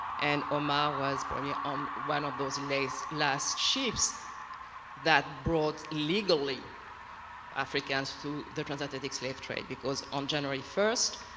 and omar was but on yeah on one of those last last ships that brought legally africans through the transatlantic slave trade. because on january first,